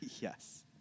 Yes